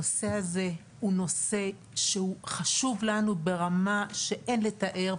הנושא הזה הוא נושא שחשוב לנו ברמה שאין לתאר,